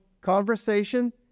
conversation